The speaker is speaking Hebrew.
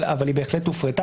אבל היא בהחלט הופרטה,